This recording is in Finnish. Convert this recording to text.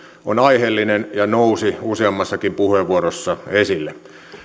on on aiheellinen ja nousi useammassakin puheenvuorossa esille